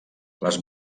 les